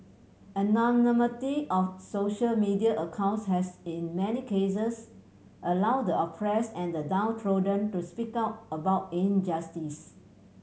anonymity of social media accounts has in many cases allow the oppress and the downtrodden to speak out about injustice